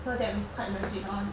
so that is quite legit lor